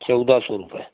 चौदह सौ रुपये